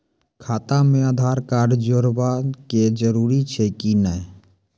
खाता म आधार कार्ड जोड़वा के जरूरी छै कि नैय?